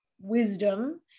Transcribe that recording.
wisdom